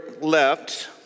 left